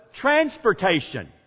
transportation